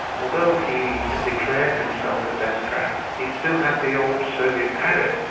although he had declared himself a democrat, he still had the old soviet habits,